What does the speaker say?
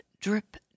drip